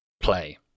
play